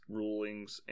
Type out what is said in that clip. rulings